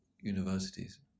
universities